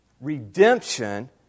Redemption